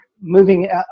moving